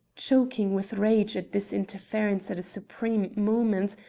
choking with rage at this interference at a supreme moment,